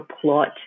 plot